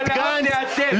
גנץ,